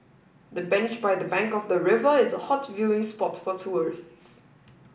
the bench by the bank of the river is a hot viewing spot for tourists